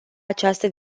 această